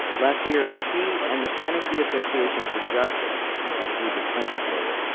last year, he and the tennessee association for justice which is a group of plaintiffs lawyers,